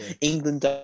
England